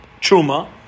truma